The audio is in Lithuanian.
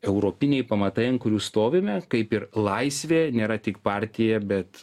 europiniai pamatai ant kurių stovime kaip ir laisvė nėra tik partija bet